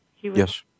Yes